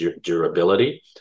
durability